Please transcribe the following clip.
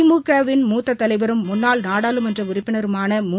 திமுகவின் மூத்த தலைவரும் முன்னாள் நாடாளுமன்ற உறுப்பினருமான மூ